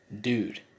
dude